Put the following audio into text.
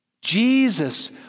Jesus